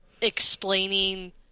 explaining